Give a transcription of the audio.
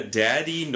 daddy